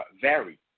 vary